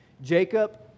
Jacob